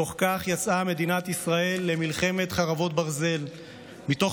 מתוך כך יצאה מדינת ישראל למלחמת חרבות ברזל מתוך